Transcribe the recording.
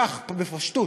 כך ובפשטות.